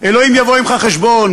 אלוהים יבוא עמך חשבון.